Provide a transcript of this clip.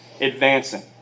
advancing